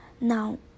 now